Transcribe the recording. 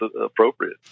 appropriate